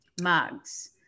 mugs